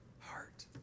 heart